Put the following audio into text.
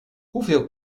hoeveel